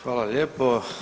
Hvala lijepo.